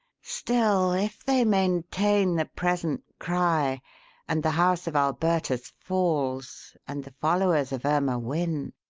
still, if they maintain the present cry and the house of alburtus falls and the followers of irma win